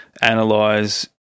analyze